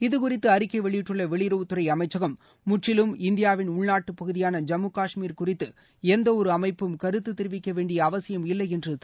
இதுகுறித்து அறிக்கை வெளியிட்டுள்ள வெளியுறவுத்துறை அமைச்சகம் முற்றிலும் இந்தியாவின் உள்நாட்டு பகுதியான ஜம்மு கஷ்மீர் குறித்து எந்த ஒரு அமைப்பும் கருத்து தெரிவிக்க வேண்டிய அவசியம் இல்லை என்று தெரிவிக்கப்பட்டுள்ளது